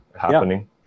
happening